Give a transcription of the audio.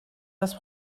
das